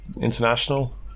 international